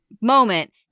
moment